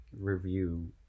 review